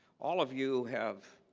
all of you have